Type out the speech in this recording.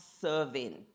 serving